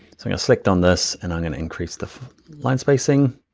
i'm gonna select on this, and i'm going to increase the line spacing.